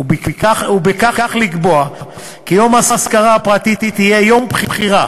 ובכך לקבוע כי יום האזכרה הפרטית יהיה יום בחירה